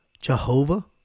Jehovah